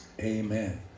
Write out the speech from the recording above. Amen